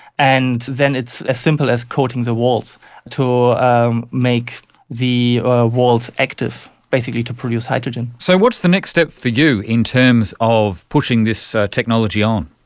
and then it's as simple as coating the walls to um make the walls active, basically to produce hydrogen. so what's the next step for you in terms of pushing this technology on?